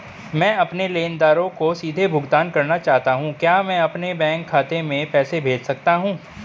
मैं अपने लेनदारों को सीधे भुगतान करना चाहता हूँ क्या मैं अपने बैंक खाते में पैसा भेज सकता हूँ?